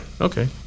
Okay